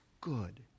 good